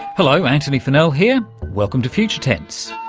hello, antony funnell here, welcome to future tense.